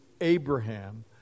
Abraham